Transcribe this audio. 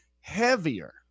heavier